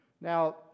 Now